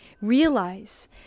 realize